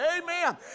Amen